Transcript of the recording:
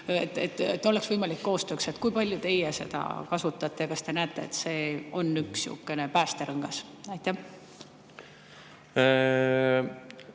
et oleks võimalik koostöö. Kui palju teie seda kasutate ja kas te näete, et see on niisugune päästerõngas? Aitäh,